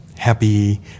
happy